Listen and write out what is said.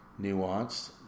nuanced